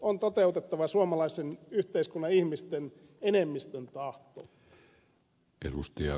on toteutettava suomalaisen yhteiskunnan ihmisten enemmistön tahto